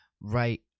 right